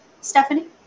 stephanie